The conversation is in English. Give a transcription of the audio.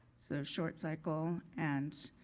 so short cycle and,